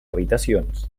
habitacions